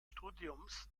studiums